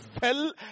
fell